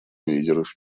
лидеров